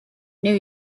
new